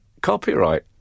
copyright